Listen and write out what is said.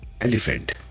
elephant